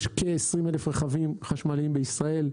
יש כ-20,000 רכבים חשמליים בישראל.